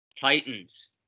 Titans